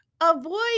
avoid